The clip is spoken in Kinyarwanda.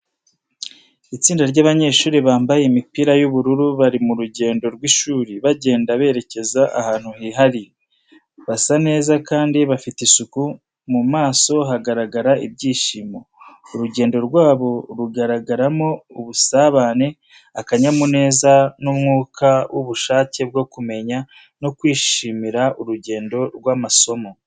Itsinda ry’abanyeshuri bambaye imipira y’ubururu bari mu rugendo rw'ishuri, bagenda berekeza ahantu hihariye. Basa neza kandi bafite isuku, mu maso hagaragara ibyishimo. Urugendo rwabo rugaragaramo ubusabane, akanyamuneza, n’umwuka w’ubushake bwo kumenya no kwishimira urugendo rw’amasomo.